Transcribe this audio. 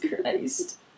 Christ